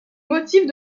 motifs